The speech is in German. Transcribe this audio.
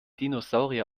dinosaurier